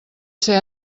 ser